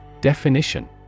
Definition